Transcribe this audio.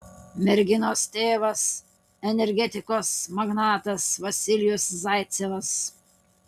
merginos tėvas energetikos magnatas vasilijus zaicevas